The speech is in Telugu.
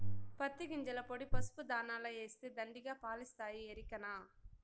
పత్తి గింజల పొడి పసుపు దాణాల ఏస్తే దండిగా పాలిస్తాయి ఎరికనా